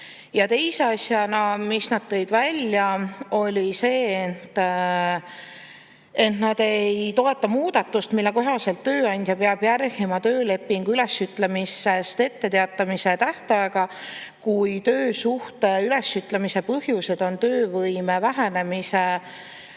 Teise asjana tõid nad välja, et nad ei toeta muudatust, mille kohaselt tööandja peab järgima töölepingu ülesütlemisest etteteatamise tähtaega, kui töösuhte ülesütlemise põhjused on töövõime vähenemine